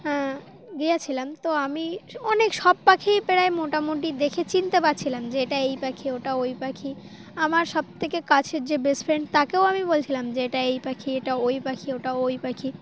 হ্যাঁ গিয়েছিলাম তো আমি অনেক সব পাখিই প্রায় মোটামুটি দেখে চিনতে পাচ্ছিলাম যে এটা এই পাখি ওটা ওই পাখি আমার সব থেকে কাছের যে বেস্ট ফ্রেন্ড তাকেও আমি বলছিলাম যে এটা এই পাখি এটা ওই পাখি ওটা ওই পাখি